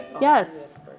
Yes